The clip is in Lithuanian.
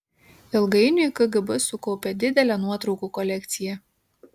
ilgainiui kgb sukaupė didelę nuotraukų kolekciją